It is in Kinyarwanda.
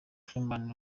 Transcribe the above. freeman